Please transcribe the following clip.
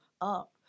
up